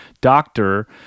doctor